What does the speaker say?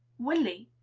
willy,